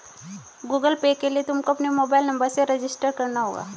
Google Pay के लिए तुमको अपने मोबाईल नंबर से रजिस्टर करना होगा